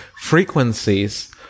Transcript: frequencies